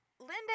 Linda